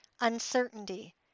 uncertainty